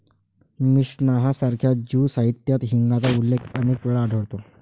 Mishnah सारख्या Jew साहित्यातही हिंगाचा उल्लेख अनेक वेळा आढळतो